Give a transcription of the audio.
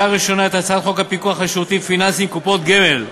לקריאה ראשונה את הצעת חוק הפיקוח על שירותים פיננסיים (קופות גמל)